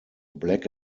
black